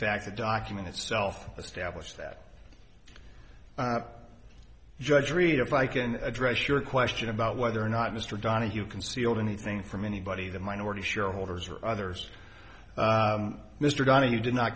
fact the document itself established that judge reid if i can address your question about whether or not mr donohue concealed anything from anybody the minority shareholders or others mr donahue d